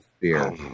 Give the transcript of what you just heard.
fear